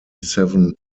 seven